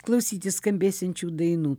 klausyti skambėsiančių dainų